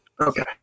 Okay